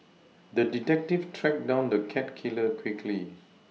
the detective tracked down the cat killer quickly